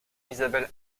isabelle